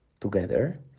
together